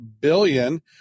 billion